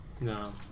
No